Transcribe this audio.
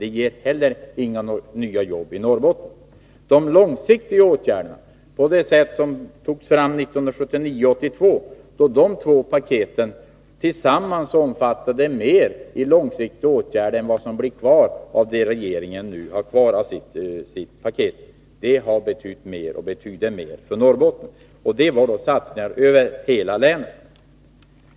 Det ger heller inga nya jobb i Norrbotten. De långsiktiga åtgärder som togs fram i två paket 1979 och 1982 omfattade tillsammans mer på lång sikt än det som nu blir kvar av regeringens paket. Dessa långsiktiga åtgärder har betytt och betyder fortfarande mer för Norrbotten. Det var satsningar över hela länet.